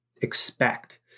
expect